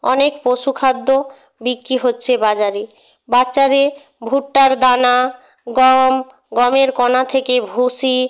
অনেক পশুখাদ্য বিক্রি হচ্ছে বাজারে ভুট্টার দানা গম গমের কণা থেকে ভুসি